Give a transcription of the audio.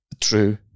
True